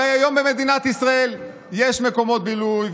הרי היום במדינת ישראל יש מקומות בילוי,